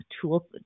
tool